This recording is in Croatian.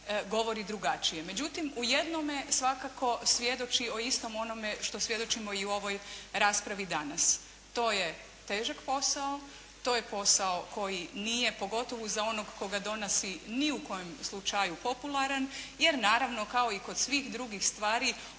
Međutim u jednome svakako svjedoči o istom onome što svjedočimo i u ovoj raspravi danas. To je težak posao, to je posao koji nije, pogotovo za onog tko ga donosi, ni u kojem slučaju popularan, jer naravno kao i kod svih drugih stvari